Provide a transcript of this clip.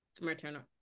maternal